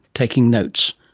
taking notes,